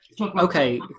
Okay